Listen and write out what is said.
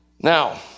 Now